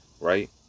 right